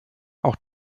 auch